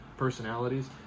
Personalities